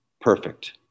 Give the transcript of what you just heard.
perfect